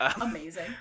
Amazing